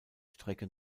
strecke